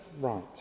right